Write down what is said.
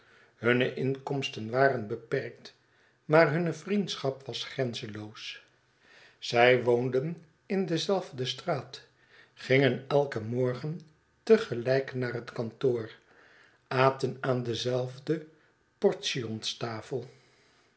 hunne inkomsten waren beperkt maar hunne vriendschap was grenzenloos zij wobnden in dezelfde straat gingen elken morgen te gelijk na ar het kantoor aten aan